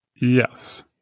Yes